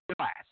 class